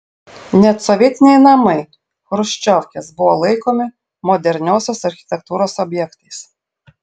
net sovietiniai namai chruščiovkės buvo laikomi moderniosios architektūros objektais